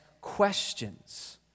questions